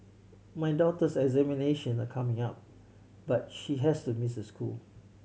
my daughter's examinations are coming up but she has to miss school